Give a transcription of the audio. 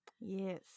Yes